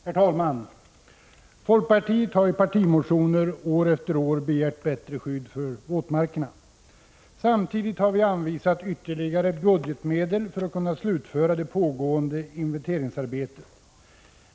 Herr talman! Folkpartiet har i partimotioner år efter år begärt ett bättre skydd för våtmarkerna. Samtidigt har vi anvisat ytterligare budgetmedel för att kunna slutföra det pågående inventeringsarbetet.